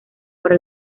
para